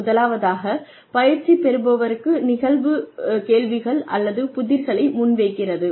முதலாவதாக பயிற்சி பெறுபவருக்கு நிகழ்வு கேள்விகள் அல்லது புதிர்களை முன்வைக்கிறது